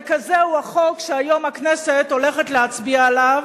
וכזה הוא החוק שהיום הכנסת הולכת להצביע עליו,